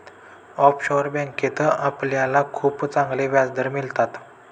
offshore बँकेत आपल्याला खूप चांगले व्याजदर मिळतात